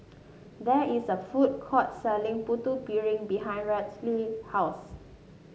there is a food court selling Putu Piring behind Raelynn's house